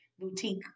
boutique